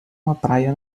praia